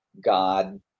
God